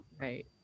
right